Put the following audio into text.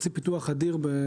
תקציב פיתוח אדיר.